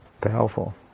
powerful